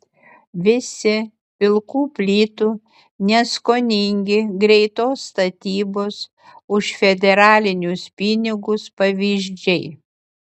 visi pilkų plytų neskoningi greitos statybos už federalinius pinigus pavyzdžiai